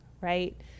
right